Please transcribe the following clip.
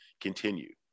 continue